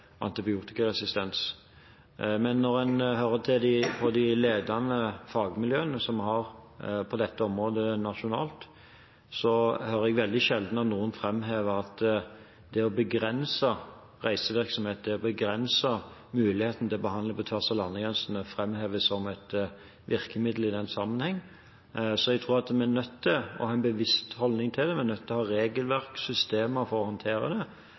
Men når jeg hører på de ledende fagmiljøene på dette området nasjonalt, hører jeg veldig sjelden noen framheve at det å begrense reisevirksomheten, begrense muligheten til behandling på tvers av landegrensene, er et virkemiddel i den sammenheng. Så jeg tror at vi er nødt til å ha en bevisst holdning til det. Vi er nødt til å ha regelverk og systemer for å håndtere det.